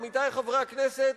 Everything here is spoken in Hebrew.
עמיתי חברי הכנסת,